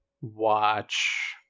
watch